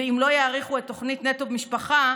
ואם לא יאריכו את תוכנית נטו משפחה,